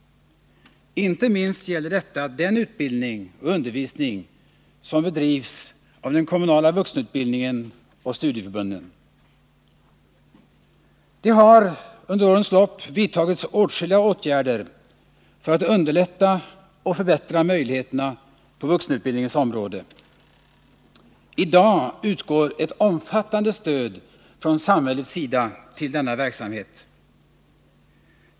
Inte minst gäller detta den utbildning och undervisning som bedrivs av den kommunala vuxenutbildningen och av studieförbunden. Det har under årens lopp vidtagits åtskilliga åtgärder för att underlätta och förbättra möjligheterna på vuxenutbildningens område. I dag utgår ett omfattande stöd från samhällets sida till denna verksamhet.